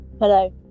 Hello